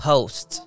Post